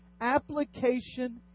application